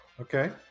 okay